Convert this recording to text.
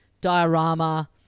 diorama